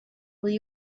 will